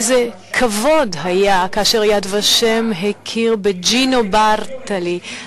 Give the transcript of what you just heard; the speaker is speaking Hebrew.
איזה כבוד היה כאשר "יד ושם" הכיר בג'ינו ברטלי,